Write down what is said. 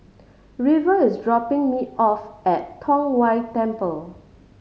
river is dropping me off at Tong Whye Temple